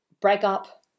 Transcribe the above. breakup